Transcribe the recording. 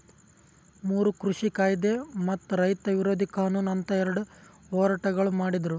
ಮೂರು ಕೃಷಿ ಕಾಯ್ದೆ ಮತ್ತ ರೈತ ವಿರೋಧಿ ಕಾನೂನು ಅಂತ್ ಎರಡ ಹೋರಾಟಗೊಳ್ ಮಾಡಿದ್ದರು